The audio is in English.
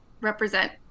represent